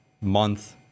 month